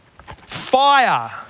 Fire